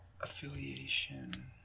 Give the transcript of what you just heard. Affiliation